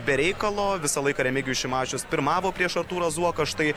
be reikalo visą laiką remigijus šimašius pirmavo prieš artūrą zuoką štai